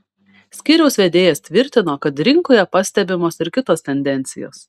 skyriaus vedėjas tvirtino kad rinkoje pastebimos ir kitos tendencijos